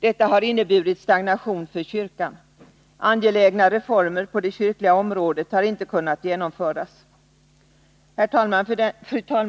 Detta har inneburit stagnation för kyrkan. Angelägna reformer på det kyrkliga området har inte kunnat genomföras. Fru talman!